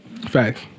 Facts